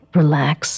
relax